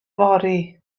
yfory